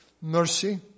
mercy